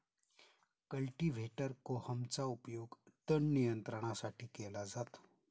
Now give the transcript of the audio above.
cultivator कोहमचा उपयोग तण नियंत्रणासाठी केला जातो